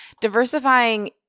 Diversifying